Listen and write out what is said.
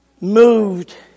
moved